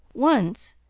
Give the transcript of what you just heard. once,